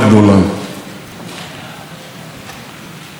לפני שבוע חנכנו אותו בתום השחזור במסגרת